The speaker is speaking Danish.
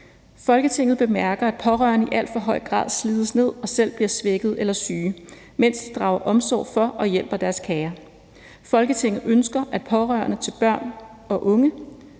»Folketinget bemærker, at pårørende i alt for høj grad slides ned og selv bliver svækkede eller syge, mens de drager omsorg for og hjælper deres kære. Folketinget ønsker, at pårørende til børn og unge,